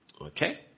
Okay